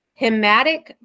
hematic